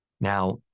Now